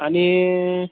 आणि